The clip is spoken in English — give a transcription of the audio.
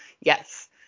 Yes